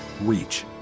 reach